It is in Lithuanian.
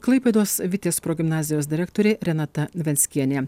klaipėdos vitės progimnazijos direktorė renata venckienė